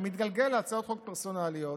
ומתגלגל להצעות חוק פרסונליות,